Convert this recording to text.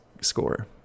score